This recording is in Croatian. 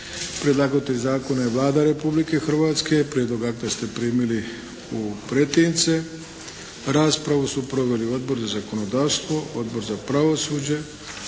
Predlagatelj zakona je Vlada Republike Hrvatske. Prijedlog akta ste primili u pretince. Raspravu su proveli Odbor za zakonodavstvo, Odbor za pravosuđe,